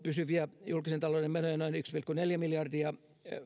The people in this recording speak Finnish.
pysyviä julkisen talouden menoja noin yksi pilkku neljä miljardia